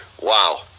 wow